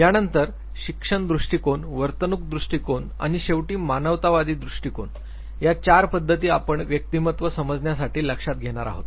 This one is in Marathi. यानंतर शिक्षण दृष्टिकोन वर्तणूक दृष्टीकोन आणि शेवटी मानवतावादी दृष्टिकोन या चार पद्धती आपण व्यक्तिमत्व समजण्यासाठी लक्षात घेणार आहोत